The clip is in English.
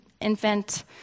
infant